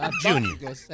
Junior